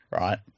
right